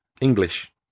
English